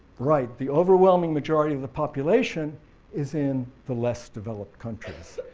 right, the overwhelming majority of the population is in the less developed countries,